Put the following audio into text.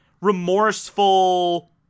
remorseful